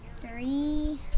Three